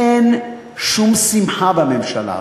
אין שום שמחה בממשלה הזאת.